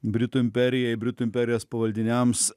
britų imperijai britų imperijos pavaldiniams